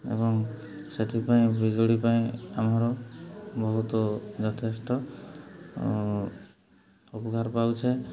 ଏବଂ ସେଥିପାଇଁ ବିଜୁଳି ପାଇଁ ଆମର ବହୁତ ଯଥେଷ୍ଟ ଉପକାର ପାଉଛେ